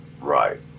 Right